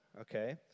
okay